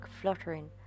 fluttering